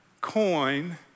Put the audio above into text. coin